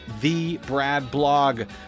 TheBradBlog